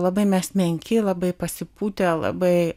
labai mes menki labai pasipūtę labai